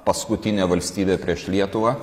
paskutinė valstybė prieš lietuvą